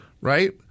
right